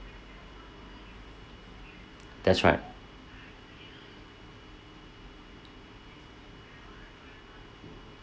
that's right